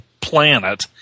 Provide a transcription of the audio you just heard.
planet